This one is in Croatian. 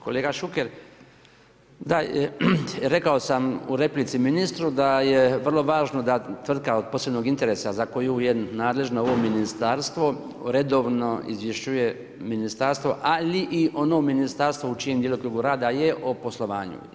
Kolega Šuker, da, rekao sam u replici ministru da je vrlo važno da tvrtka od posebnog interesa za koju je nadležno ovo ministarstvo redovno izvješćuje ministarstvo ali i ono ministarstvo u čijem djelokrugu rada je o poslovanju.